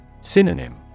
Synonym